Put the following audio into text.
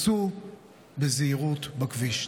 סעו בזהירות בכביש.